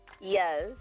Yes